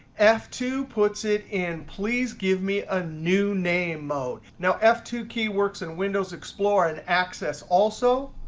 f two puts it in please give me a new name mode. now f two key works in windows explorer and access also.